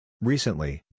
Recently